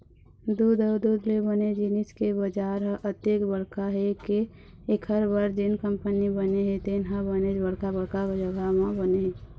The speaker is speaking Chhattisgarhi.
दूद अउ दूद ले बने जिनिस के बजार ह अतेक बड़का हे के एखर बर जेन कंपनी बने हे तेन ह बनेच बड़का बड़का जघा म बने हे